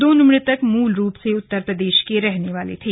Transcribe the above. दोनों मृतक मूल रूप से उत्तर प्रदेश के रहने वाले थे